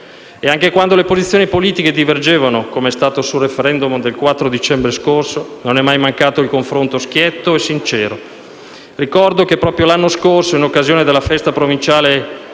Anche quando le posizioni politiche divergevano, com'è stato sul *referendum* del 4 dicembre scorso, non è mai mancato il confronto schietto e sincero. Ricordo che proprio l'anno scorso, in occasione della festa provinciale